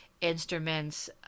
instruments